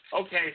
Okay